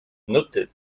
noted